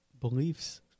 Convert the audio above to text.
beliefs